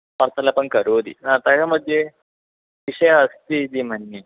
वार्तालापं करोति तयोः मध्ये विषयः अस्ति इति मन्ये